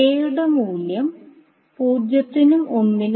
K യുടെ മൂല്യം ആയിരിക്കും